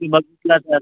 बघणार ते आता